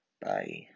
Bye